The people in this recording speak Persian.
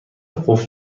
قفل